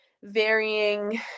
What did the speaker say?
varying